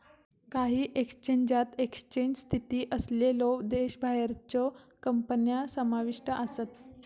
काही एक्सचेंजात एक्सचेंज स्थित असलेल्यो देशाबाहेरच्यो कंपन्या समाविष्ट आसत